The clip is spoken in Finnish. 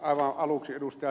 aivan aluksi ed